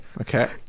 Okay